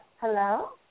Hello